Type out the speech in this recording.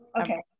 Okay